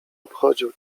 obchodził